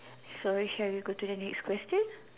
sorry shall we go to the next question